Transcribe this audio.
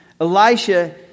Elisha